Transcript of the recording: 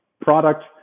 product